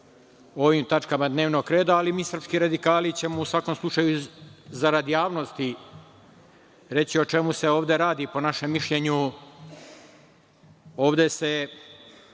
o ovim tačkama dnevnog reda, ali mi srpski radikali ćemo u svakom slučaju zarad javnosti reći o čemu se ovde radi. Po našem mišljenju, ovde se